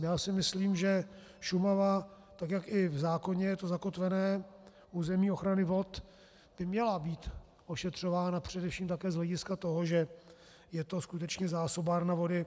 Já si myslím, že Šumava, tak jak i v zákoně je to zakotvené, územní ochrany vod, by měla být ošetřována především také z hlediska toho, že je to skutečně zásobárna vody.